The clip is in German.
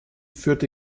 führte